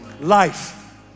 life